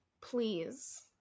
please